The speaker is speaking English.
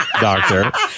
doctor